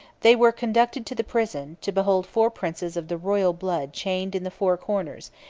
they were conducted to the prison, to behold four princes of the royal blood chained in the four corners,